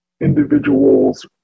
individuals